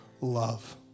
love